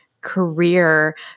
career